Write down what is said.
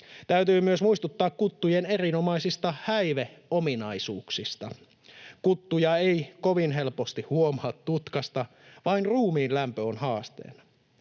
Täytyy myös muistuttaa kuttujen erinomaisista häiveominaisuuksista: kuttuja ei kovin helposti huomaa tutkasta — vain ruumiinlämpö on haasteena.